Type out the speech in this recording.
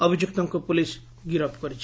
ଅଭିଯୁକ୍ତଙ୍କୁ ପୋଲିସ ଗିରଫ କରିଛି